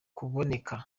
kuboneka